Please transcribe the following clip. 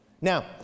Now